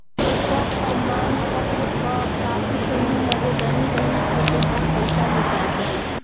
stock प्रमाणपत्र कअ copy तोहरी लगे नाही रही तअ तोहार पईसा लुटा जाई